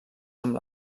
amb